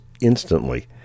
instantly